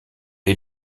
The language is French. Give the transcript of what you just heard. est